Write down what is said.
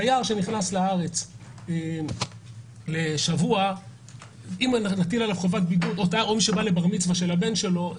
תייר שנכנס לארץ לשבוע או מי שבא לבר מצווה לשבוע,